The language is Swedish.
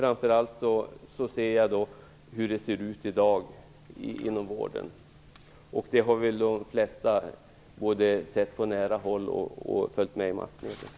Framför allt ser jag hur det ser ut i dag inom vården. Detta har väl de flesta både sett på nära håll och kunnat ta del av via massmedier.